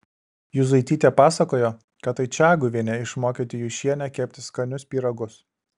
juzaitytė pasakojo kad tai čaguvienė išmokė tijūšienę kepti skanius pyragus